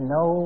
no